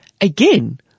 again